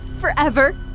forever